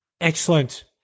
excellent